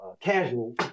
casual